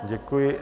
Děkuji.